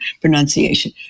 pronunciation